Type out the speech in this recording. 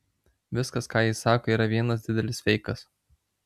viskas ką jis sako yra vienas didelis feikas